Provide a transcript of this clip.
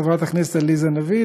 חברת הכנסת עליזה לביא,